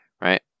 Right